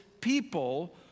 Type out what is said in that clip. people